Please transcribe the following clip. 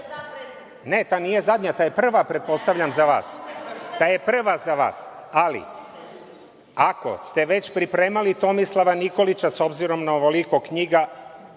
ta nije zadnja, ta je prva, pretpostavljam, za vas. Ta je prva za vas. Ali, ako ste već pripremali Tomislava Nikolića, s obzirom na ovoliko knjiga,